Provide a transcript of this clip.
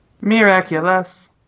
miraculous